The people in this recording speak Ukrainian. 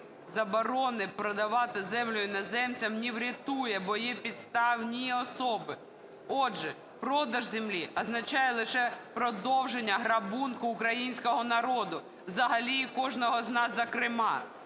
заборони продавати землю іноземцям не врятує, бо є підставні особи. Отже, продаж землі означає лише продовження грабунку українського народу, взагалі і кожного з нас зокрема.